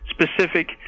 specific